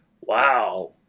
wow